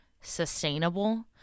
sustainable